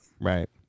Right